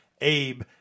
Abe